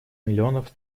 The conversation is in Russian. миллионов